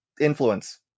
influence